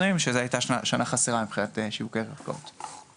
שזו הייתה שנה חסרה מבחינת שיווקי הקרקעות.